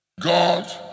God